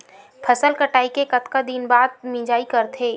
फसल कटाई के कतका दिन बाद मिजाई करथे?